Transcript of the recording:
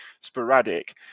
sporadic